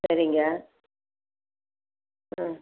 சரிங்க ஆ